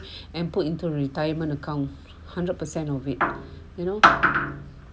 and put into retirement account hundred percent of it up you know